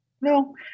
No